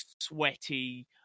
sweaty